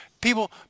People